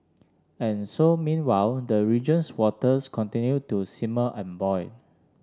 and so meanwhile the region's waters continue to simmer and boil